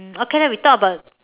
um okay then we talk about